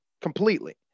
completely